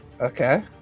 Okay